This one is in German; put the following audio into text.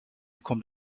kommt